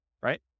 right